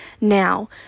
Now